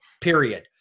Period